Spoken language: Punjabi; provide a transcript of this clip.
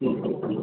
ਠੀਕ ਹੈ ਜੀ